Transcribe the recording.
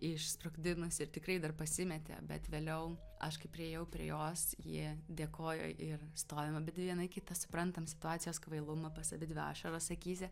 išsprogdinusi ir tikrai dar pasimetė bet vėliau aš kai priėjau prie jos ji dėkojo ir stovim abidvi viena į kitą suprantam situacijos kvailumą pas abidvi ašaros akyse